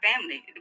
family